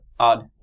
Odd